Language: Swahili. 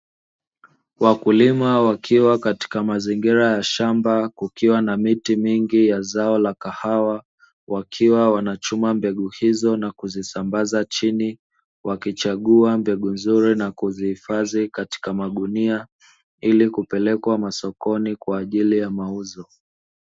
Wakulima wakiwa katika mazingira ya shamba kukiwa na miti mingi ya zao la kahawa, wakiwa wanachuma mbegu hizo na kuzisambaza chini, wakichagua mbegu nzuri na kuzihifadhi katika magunia, ili kupelekwa masokoni kwa ajili ya mauzo.